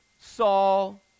Saul